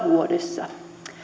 vuodessa